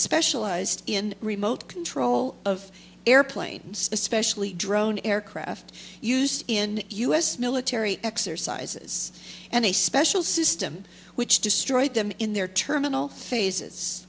specialized in remote control of airplanes especially drone aircraft used in u s military exercises and a special system which destroyed them in their terminal phases